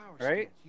Right